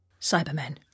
cybermen